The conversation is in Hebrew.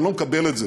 אני לא מקבל את זה,